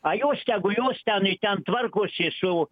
a jos tegu jos ten i ten tvarkosi su